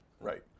Right